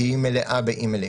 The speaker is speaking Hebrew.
כי היא מלאה באימיילים,